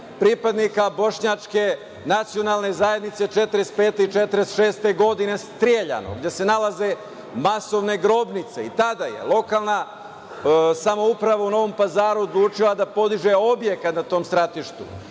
pripadnika bošnjačke nacionalne zajednice 1945. i 1946. godine streljano, gde se nalaze masovne grobnice, i tada je lokalna samouprava u Novom Pazaru odlučila da podiže objekat na tom stratištu.